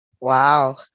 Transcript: Wow